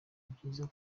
byiza